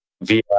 via